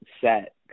set